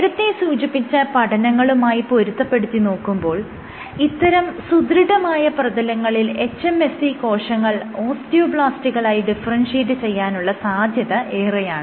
നേരത്തെ സൂചിപ്പിച്ച പഠനങ്ങളുമായി പൊരുത്തപ്പെടുത്തി നോക്കുമ്പോൾ ഇത്തരം സുദൃഢമായ പ്രതലങ്ങളിൽ hMSC കോശങ്ങൾ ഓസ്റ്റിയോബ്ലാസ്റ്റുകളായി ഡിഫറെൻഷിയേറ്റ് ചെയ്യാനുള്ള സാധ്യത ഏറെയാണ്